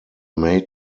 made